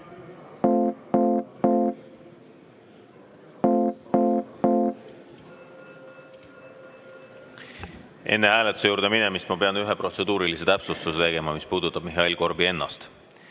Enne hääletuse juurde minemist ma pean tegema ühe protseduurilise täpsustuse, mis puudutab Mihhail Korbi ennast.